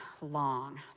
long